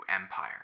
empire